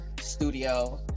studio